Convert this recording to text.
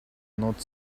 not